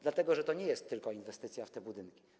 Dlatego że to nie jest tylko inwestycja w te budynki.